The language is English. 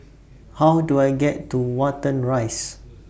How Do I get to Watten Rise